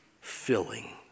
filling